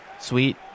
Sweet